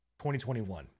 2021